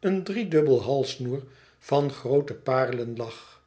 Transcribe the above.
een driedubbel halssnoer van groote parelen lag